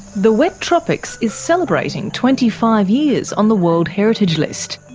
the wet tropics is celebrating twenty five years on the world heritage list.